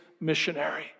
missionary